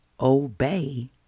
obey